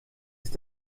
ist